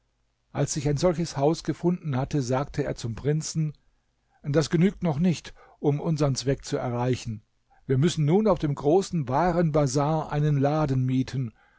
als sich ein solches haus gefunden hatte sagte er zum prinzen das genügt noch nicht um unsern zweck zu erreichen wir müssen nun auf dem großen waren bazar einen laden mieten